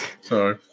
Sorry